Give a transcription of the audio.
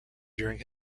during